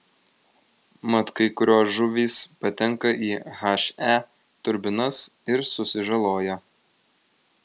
mat kai kurios žuvys patenka į he turbinas ir susižaloja